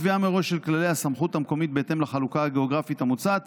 קביעה מראש של כללי הסמכות המקומית בהתאם לחלוקה הגיאוגרפית המוצעת